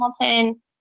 Hamilton